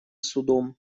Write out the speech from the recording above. судом